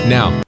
Now